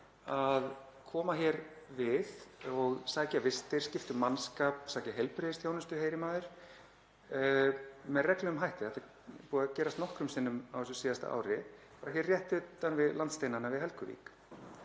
að koma hér við og sækja vistir, skipta um mannskap, sækja heilbrigðisþjónustu, heyrir maður, með reglulegum hætti. Þetta er búið að gerast nokkrum sinnum á síðasta ári hér rétt utan við landsteinana við Helguvík.